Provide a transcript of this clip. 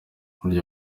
burya